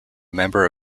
member